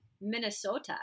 Minnesota